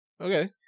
okay